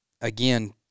again